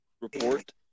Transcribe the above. Report